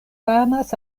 famas